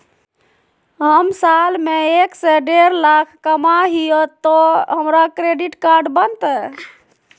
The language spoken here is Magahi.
हम साल में एक से देढ लाख कमा हिये तो हमरा क्रेडिट कार्ड बनते?